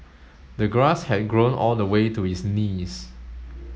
the grass had grown all the way to his knees